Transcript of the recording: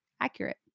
accurate